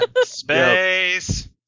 space